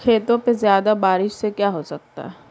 खेतों पे ज्यादा बारिश से क्या हो सकता है?